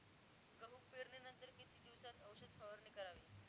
गहू पेरणीनंतर किती दिवसात औषध फवारणी करावी?